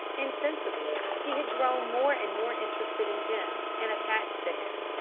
insensibly he had grown more and more interested in jim and attached to him.